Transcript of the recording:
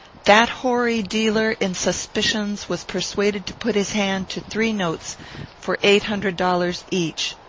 that hoary dealer in suspicions was persuaded to put his hand to three notes for eight hundred dollars each.